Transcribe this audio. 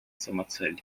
самоцель